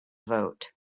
vote